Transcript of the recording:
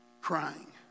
crying